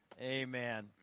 Amen